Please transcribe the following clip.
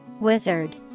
Wizard